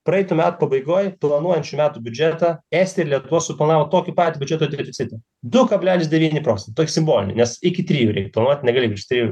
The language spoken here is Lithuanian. praeitų metų pabaigoj planuojant šių metų biudžetą estija ir lietuva suplanavo tokį patį biudžeto deficitą du kablelis devyni procento tokį simbolinį nes iki trijų reikia planuot negali virš trijų